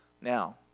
Now